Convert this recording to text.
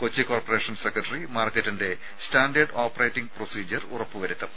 Kochi corporation secretary മാർക്കറ്റിന്റെ standard operating procedure ഉറപ്പുവരുത്തും